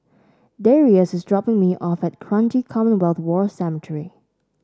Darrius is dropping me off at Kranji Commonwealth War Cemetery